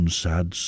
sad